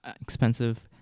expensive